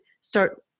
start